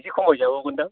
एसे खमाय जाबावगोनदां